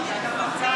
הוא אמר שאתה פחדן.